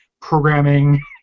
programming